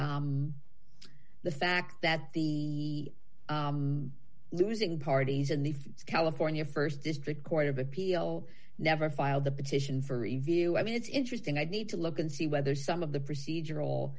the the fact that the losing parties in the california st district court of appeal never filed the petition for review i mean it's interesting i need to look and see whether some of the procedural